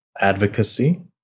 advocacy